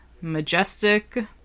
majestic